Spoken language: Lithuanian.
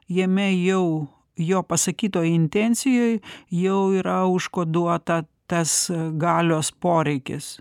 jame jau jo pasakytoj intencijoj jau yra užkoduota tas galios poreikis